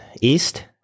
East